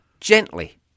gently